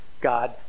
God